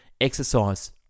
Exercise